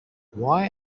why